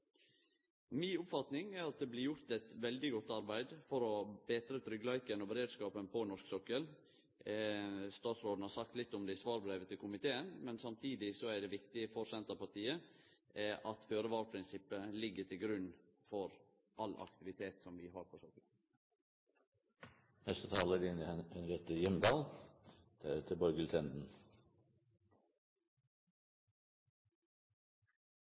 Mi oppfatning er at det blir gjort eit veldig godt arbeid for å betre tryggleiken og beredskapen på norsk sokkel. Statsråden har sagt litt om det i svarbrevet til komiteen, men samtidig er det viktig for Senterpartiet at føre-var-prinsippet ligg til grunn for all aktivitet vi har på